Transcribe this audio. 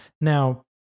Now